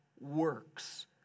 works